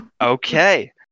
okay